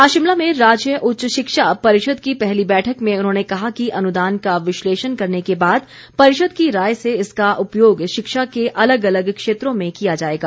आज शिमला में राज्य उच्च शिक्षा परिषद की पहली बैठक में उन्होंने कहा कि अनुदान का विश्लेषण करने के बाद परिषद की राय से इसका उपयोग शिक्षा के अलग अलग क्षेत्रों में किया जाएगा